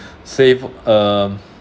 save um